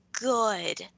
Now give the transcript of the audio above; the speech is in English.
good